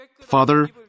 Father